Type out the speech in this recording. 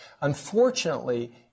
Unfortunately